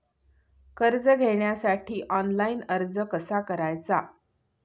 कर्ज घेण्यासाठी ऑनलाइन अर्ज कसा करायचा?